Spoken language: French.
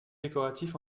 décoratif